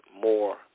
more